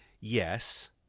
yes